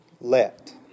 Let